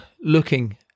looking